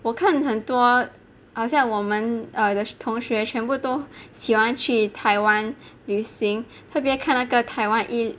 我看很多好像我们的同学全部都喜欢去台湾旅行特别看那个台湾